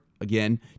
again